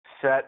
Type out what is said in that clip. set